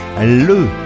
le